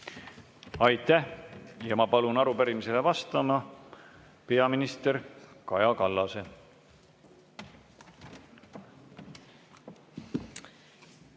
Aitäh! Ma palun arupärimisele vastama peaminister Kaja Kallase.